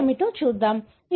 అది ఏమిటో చూద్దాం